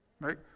right